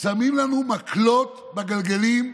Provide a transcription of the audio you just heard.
שמים לנו מקלות בגלגלים.